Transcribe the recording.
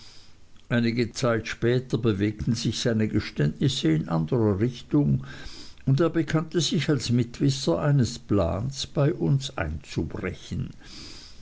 einige zeit später bewegten sich seine geständnisse in anderer richtung und er bekannte sich als mitwisser eines plans bei uns einzubrechen